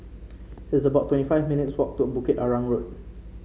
it's about twenty five minutes' walk to Bukit Arang Road